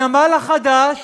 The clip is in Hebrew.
הנמל החדש